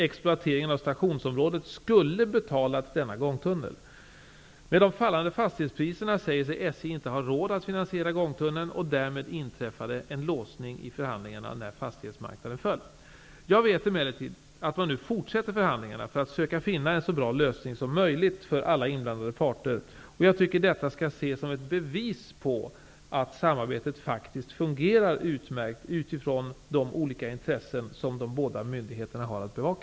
Exploateringen av stationsområdet skulle betalat denna gångtunnel. Med de fallande fastighetspriserna säger sig SJ inte ha råd att finansiera gångtunneln, och därmed inträffade en låsning i förhandlingarna när fastighetsmarknaden föll. Jag vet emellertid att man nu fortsätter förhandlingarna för att söka finna en så bra lösning som möjligt för alla inblandade parter, och jag tycker att detta skall ses som ett bevis på att samarbetet faktiskt fungerar utmärkt utifrån de olika intressen som de båda myndigheterna har att bevaka.